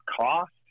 cost